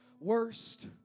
worst